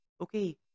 okay